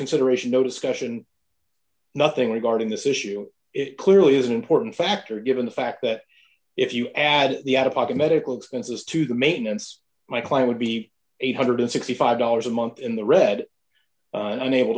consideration no discussion nothing regarding this issue it clearly isn't horton factor given the fact that if you add the out of pocket medical expenses to the maintenance my claim would be eight hundred and sixty five dollars a month in the red and unable